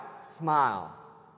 smile